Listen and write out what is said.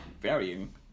varying